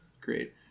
great